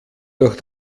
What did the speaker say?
durch